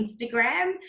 Instagram